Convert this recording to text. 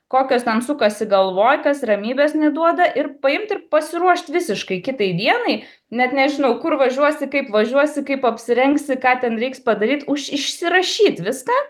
kokios ten sukasi galvoj kas ramybės neduoda ir paimt ir pasiruošt visiškai kitai dienai net nežinau kur važiuosi kaip važiuosi kaip apsirengsi ką ten reiks padaryt už išsirašyt viską